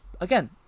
again